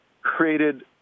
created